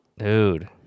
Dude